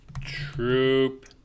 Troop